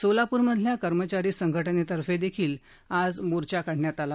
सोलापूर्मधल्या कर्मचारी संघटनेतर्फे देखील आज मोर्चा काढण्यात आला